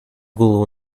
голову